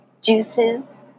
juices